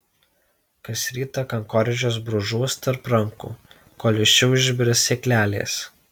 kas rytą kankorėžius brūžuos tarp rankų kol iš jų išbirs sėklelės